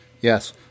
yes